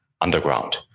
underground